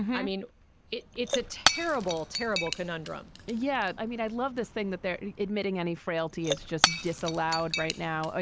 i mean it's a terrible terrible conundrum yeah. i mean i love this thing that they're admitting any frailty is just disallowed right now. ah